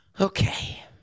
okay